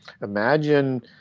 imagine